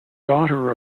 daughter